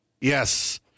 Yes